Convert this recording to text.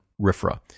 RIFRA